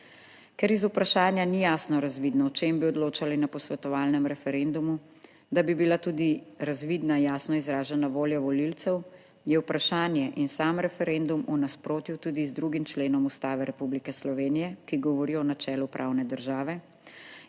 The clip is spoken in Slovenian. Ker iz vprašanja ni jasno razvidno o čem bi odločali na posvetovalnem referendumu, da bi bila tudi razvidna jasno izražena volja volivcev, je vprašanje in sam referendum v nasprotju tudi z 2. členom Ustave Republike Slovenije, ki govori o načelu pravne države